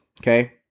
okay